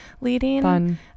leading